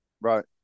Right